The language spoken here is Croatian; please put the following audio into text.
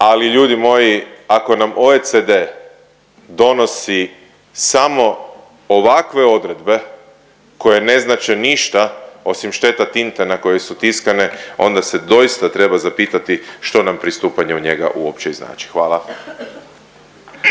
ali ljudi moji, ako nam OECD donosi samo ovakve odredbe koje ne znače ništa osim šteta tinte na koju su tiskane, onda se doista treba zapitati što nam pristupanje u njega uopće i znači. Hvala.